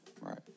Right